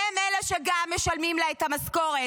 והם אלה שגם משלמים לה את המשכורת.